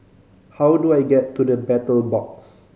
how do I get to The Battle Box